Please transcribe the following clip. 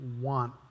want